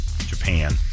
Japan